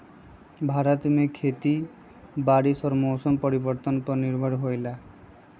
भारत में खेती बारिश और मौसम परिवर्तन पर निर्भर होयला